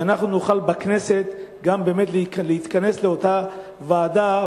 שאנחנו נוכל בכנסת גם באמת להתכנס באותה ועדה,